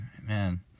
man